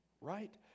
right